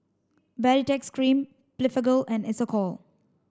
Baritex Cream Blephagel and Isocal